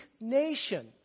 nation